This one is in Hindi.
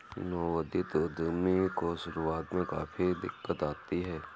नवोदित उद्यमी को शुरुआत में काफी दिक्कत आती है